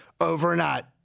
overnight